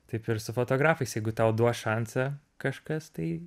taip ir su fotografais jeigu tau duos šansą kažkas tai